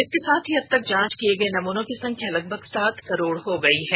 इसके साथ ही अब तक जांच किए गए नमूनों की संख्या लगभग सात करोड हो गई है